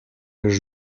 już